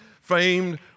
Famed